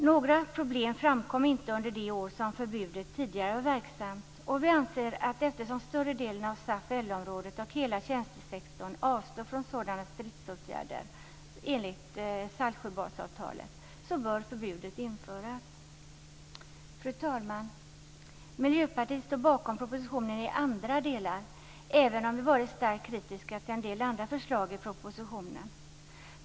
Några problem framkom inte under det år som förbudet tidigare var verksamt, och vi anser att eftersom större delen av SAF-LO-området och hela tjänstesektorn, enligt Saltsjöbadsavtalet, avstår från sådana stridsåtgärder bör förbudet införas. Fru talman! Miljöpartiet står bakom propositionen i andra delar, även om vi varit starkt kritiska till en del andra förslag i den.